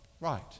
Right